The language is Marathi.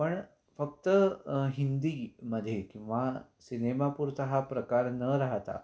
पण फक्त हिंदी मध्ये किंवा सिनेमापुरता हा प्रकार न राहता